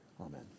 Amen